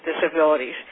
disabilities